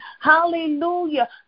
Hallelujah